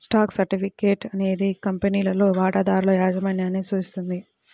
stock certificate అనేది కంపెనీలో వాటాదారుల యాజమాన్యాన్ని సూచిస్తుంది